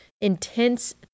intense